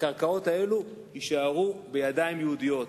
שהקרקעות האלה יישארו בידיים יהודיות.